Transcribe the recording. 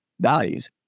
values